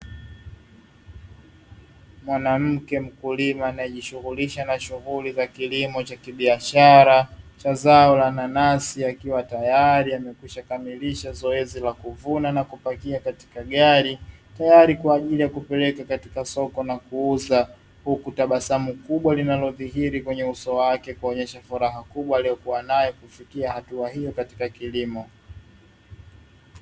Mwanamke mkulima anayejishughulisha na shughuli za kilimo cha kibiashara cha zao la nanasi, akiwa tayari amekwisha kamilisha zoezi la kuvuna na kupakia katika gari, tayari kwa ajili ya kupeleka katika soko na kuuza; huku tabasamu kubwa linalodhihiri kwenye uso wake kuonyesha furaha kubwa aliyokuwa nayo kufikia hatua hiyo katika kilimo.